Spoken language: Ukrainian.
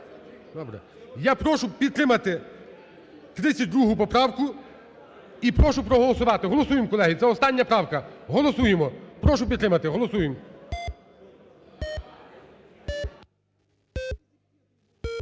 Я прошу підтримати 32 поправку і прошу проголосувати. Голосуємо, колеги, це остання правка, голосуємо. Прошу підтримати, голосуємо.